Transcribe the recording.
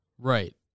Right